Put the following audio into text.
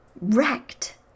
wrecked